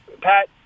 Pat